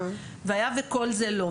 והיה וכל זה לא,